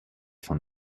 von